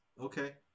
Okay